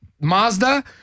Mazda